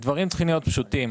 הדברים צריכים להיות פשוטים.